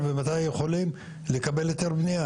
בתכנון הכוללני של